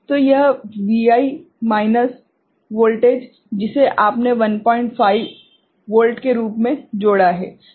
तो यह Vi minus voltage जिसे आपने 15 वोल्ट के रूप में जोड़ा है